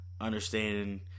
understanding